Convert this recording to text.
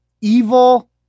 evil